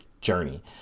journey